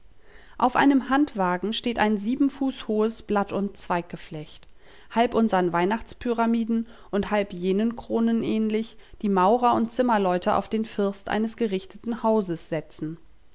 auf einem handwagen steht ein sieben fuß hohes blatt und zweiggeflecht halb unsern weihnachts pyramiden und halb jenen kronen ähnlich die maurer und zimmerleute auf den first eines gerichteten hauses setzen